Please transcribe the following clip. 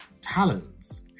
talents